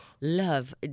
love